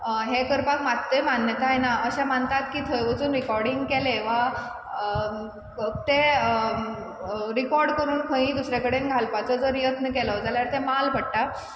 हें करपाक मात्तूय मान्यताय ना अशें मानतात की थंय वसून रिकोर्डींग केलें वा ते रिकोर्ड करून खंयी दुसरे कडेन घालपाचो जर यत्न केलो जाल्यार ते माल पडटा